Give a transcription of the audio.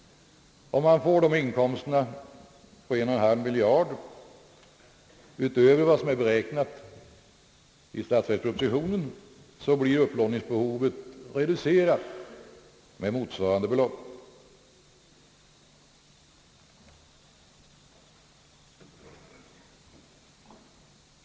Om han får dessa inkomster utöver vad som är beräknat i statsverkspropositionen blir upplåningsbehovet reducerat med motsvarande belopp.